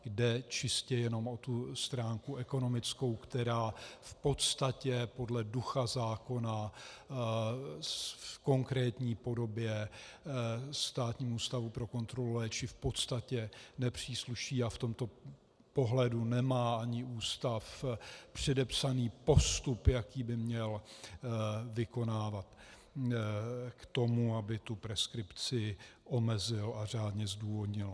Jde čistě jenom o tu stránku ekonomickou, která v podstatě podle ducha zákona v konkrétní podobě Státnímu ústavu pro kontrolu léčiv nepřísluší, a v tomto pohledu nemá ani ústav předepsaný postup, jaký by měl vykonávat k tomu, aby preskripci omezil a řádně zdůvodnil.